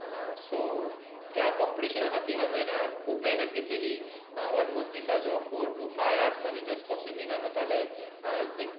so त्या कोंपिटिशना खातीर हांवें खूब मेहनत घेतलेली ऑलमोस्ट दिसाचो four to five hours just for स्विमिंगान वताले लायक